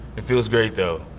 it feels great though.